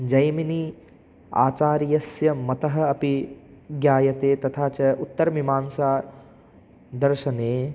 जैमिनि आचार्यस्य मतम् अपि ज्ञायते तथा च उत्तरमीमांसादर्शने